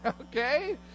okay